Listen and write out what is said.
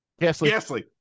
Gasly